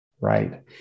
right